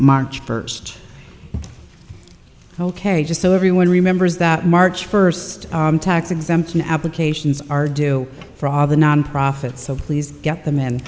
march first ok just so everyone remembers that march first tax exemption applications are due for all the nonprofit so please get the m